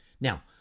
Now